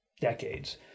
decades